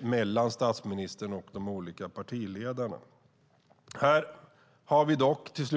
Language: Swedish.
mellan statsministern och de olika partiledarna är att bli mer aktiv och fungerande i dagspolitiken.